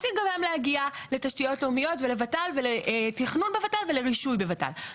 רוצים גם הם להגיע לתשתיות לאומיות ולות"ל ולתכנון בות"ל ולרישוי בות"ל.